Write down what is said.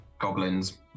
Goblins